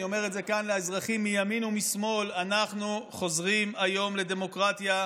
אני אומר את זה כאן לאזרחים מימין ומשמאל: אנחנו חוזרים היום לדמוקרטיה.